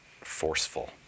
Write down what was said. forceful